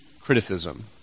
criticism